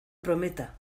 prometa